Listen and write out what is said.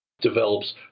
develops